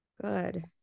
Good